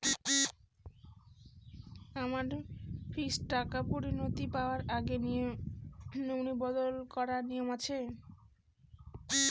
আমার ফিক্সড টাকা পরিনতি পাওয়ার আগে নমিনি বদল করার নিয়ম আছে?